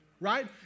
right